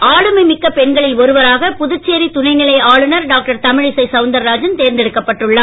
விருது உலக அளவில் ஆளுமை மிக்க பெண்களில் ஒருவராக புதுச்சேரி துணை நிலை ஆளுநர் டாக்டர் தமிழிசை சவுந்தரராஜன் தேர்ந்தெடுக்கப்பட்டுள்ளார்